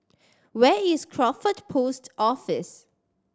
where is Crawford Post Office